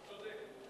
צודק.